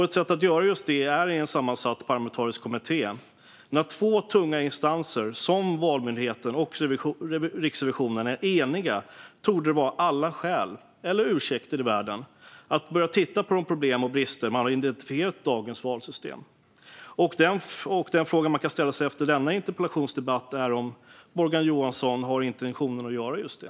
Ett sätt att göra just detta är i en parlamentariskt sammansatt kommitté. När två tunga instanser, som Valmyndigheten och Riksrevisionen, är eniga torde det finnas alla skäl eller ursäkter i världen att börja titta på de problem och brister som man har identifierat i dagens valsystem. Den fråga som man kan ställa sig efter denna interpellationsdebatt är om Morgan Johansson har intentionen att göra just det.